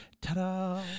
Ta-da